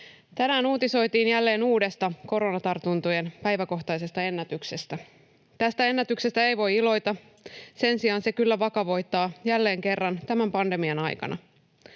Tänään uutisoitiin jälleen uudesta koronatartuntojen päiväkohtaisesta ennätyksestä. Tästä ennätyksestä ei voi iloita. Sen sijaan se kyllä vakavoittaa jälleen kerran tämän pandemian aikana.